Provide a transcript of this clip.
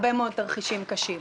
הרבה מאוד תרחישים קשים.